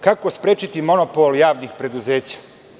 Kako sprečiti monopol javnih preduzeća?